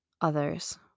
others